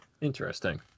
Interesting